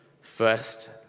First